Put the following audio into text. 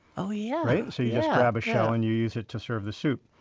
ah yeah so yeah grab a shell, and you use it to serve the soup.